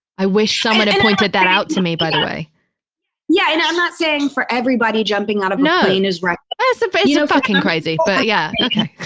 i wish someone pointed that out to me, by the way yeah. and i'm not saying for everybody jumping out of knowing is reckless it's so but you know fucking crazy, but yeah. ok